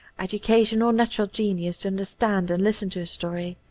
education, nor natural genius to understand and listen to a story